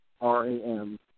R-A-M